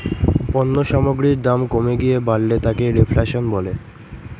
পণ্য সামগ্রীর দাম কমে গিয়ে বাড়লে তাকে রেফ্ল্যাশন বলে